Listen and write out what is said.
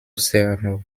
serrano